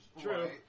True